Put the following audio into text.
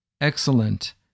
Excellent